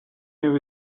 new